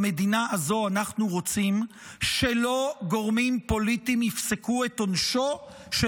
במדינה הזו אנחנו רוצים שלא גורמים פוליטיים יפסקו את עונשו של